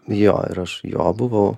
jo ir aš jo buvau